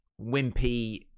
wimpy